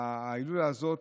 וההילולה הזאת,